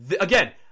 Again